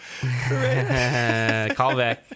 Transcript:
Callback